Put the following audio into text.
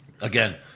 Again